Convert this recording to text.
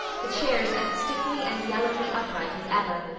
the chairs as stiffly and yellowly upright as ever.